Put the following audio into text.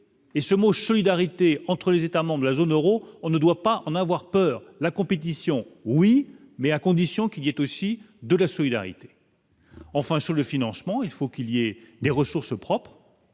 et ce mot solidarité entre les États membres de la zone Euro, on ne doit pas en avoir peur, la compétition oui mais à condition qu'il est aussi de la solidarité. Enfin, sur le financement, il faut qu'il y ait des ressources propres,